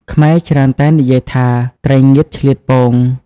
ខ្មែរច្រើនតែនិយាយថា "ត្រីងៀតឆ្លៀតពង"។